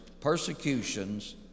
persecutions